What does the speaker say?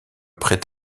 prêt